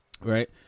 Right